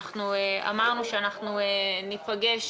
אמרנו שאנחנו ניפגש